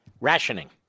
Rationing